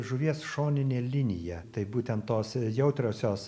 žuvies šoninė linija tai būtent tos jautriosios